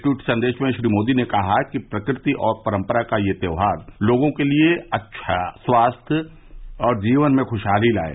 tweet संदेश में श्री मोदी ने कहा कि प्रकृति और परम्परा का यह त्यौहार लोगों के लिए अच्छा स्वास्थ्य और जीवन में खुशहाली लाये